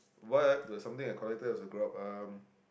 what was something I collected as I grow up um